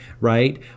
right